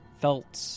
felt